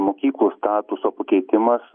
mokyklų statuso pakeitimas